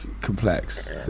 complex